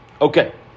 Okay